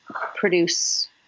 produce